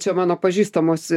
čia mano pažįstamos